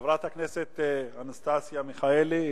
חברת הכנסת אנסטסיה מיכאלי,